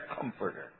comforter